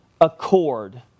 accord